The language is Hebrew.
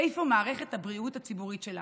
איפה מערכת הבריאות הציבורית שלנו?